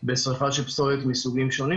בשריפה של פסולת מסוגים שונים.